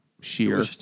sheer